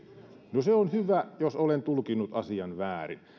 se on hyvä jos olen tulkinnut asian väärin